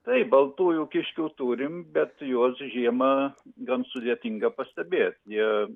taip baltųjų kiškių turim bet juos žiemą gan sudėtinga pastebėt jie